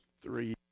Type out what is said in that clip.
three